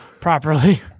properly